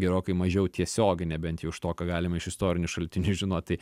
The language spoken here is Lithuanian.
gerokai mažiau tiesioginė bent jau iš to ką galime iš istorinių šaltinių žinot tai